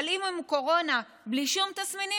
אבל אם הוא עם קורונה בלי שום תסמינים,